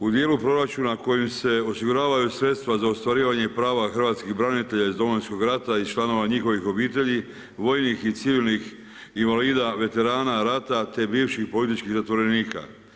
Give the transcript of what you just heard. U dijelu proračuna kojim se osiguravaju sredstva za ostvarivanje prava hrvatskih branitelja iz Domovinskog rata i članova njihovih obitelji, vojnih i civilnih invalida, veterana rata, te bivših političkih zatvorenika.